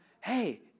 hey